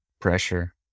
pressure